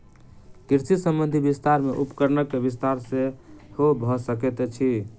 कृषि संबंधी विस्तार मे उपकरणक विस्तार सेहो भ सकैत अछि